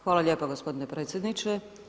Hvala lijepo gospodine predsjedniče.